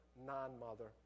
non-mother